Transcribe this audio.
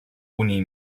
oni